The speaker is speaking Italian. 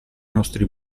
nostri